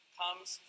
comes